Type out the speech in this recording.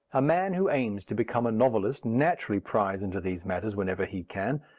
a man who aims to become a novelist naturally pries into these matters whenever he can,